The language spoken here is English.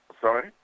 Sorry